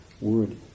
word